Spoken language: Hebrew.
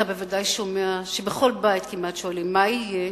אתה בוודאי שומע שבכל בית כמעט שואלים: מה יהיה?